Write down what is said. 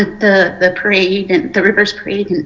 ah the the parade in the reverse parade,